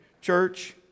church